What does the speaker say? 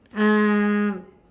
um